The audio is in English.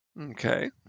okay